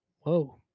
Whoa